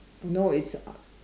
no it's uh